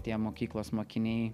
tie mokyklos mokiniai